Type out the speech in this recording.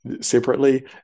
separately